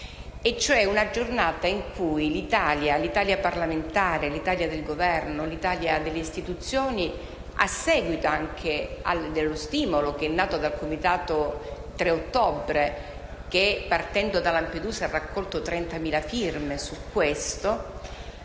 una giornata in cui l'Italia (quella parlamentare, l'Italia del Governo, l'Italia delle istituzioni), anche a seguito dello stimolo dato dal Comitato 3 ottobre - che, partendo da Lampedusa, ha raccolto 30.000 firme - vuole